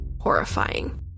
horrifying